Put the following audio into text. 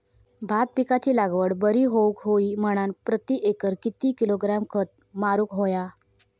भात पिकाची लागवड बरी होऊक होई म्हणान प्रति एकर किती किलोग्रॅम खत मारुक होया?